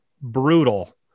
brutal